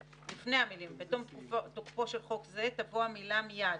לפני המילים "בתום תקופת תוקפו של חוק זה" תבוא המילה "מיד".